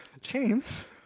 James